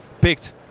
picked